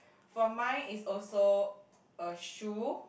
for mine is also a shoe